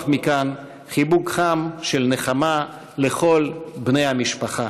מכאן חיבוק חם של נחמה לכל בני המשפחה.